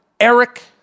Eric